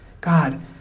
God